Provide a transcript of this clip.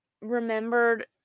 remembered